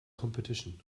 competition